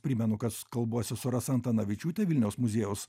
primenu kads kalbuosi su rasa antanavičiūte vilniaus muziejaus